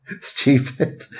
stupid